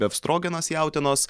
befstrogenas jautienos